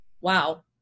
wow